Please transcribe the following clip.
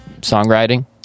songwriting